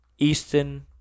Easton